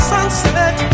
Sunset